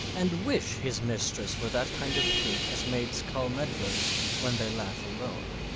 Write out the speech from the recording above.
and wish his mistress were that kind of fruit as maids call medlars when they laugh alone